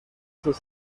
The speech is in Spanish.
sus